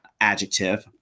adjective